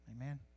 Amen